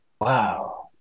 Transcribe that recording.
Wow